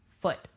foot